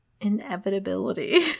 inevitability